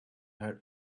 her